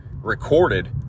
recorded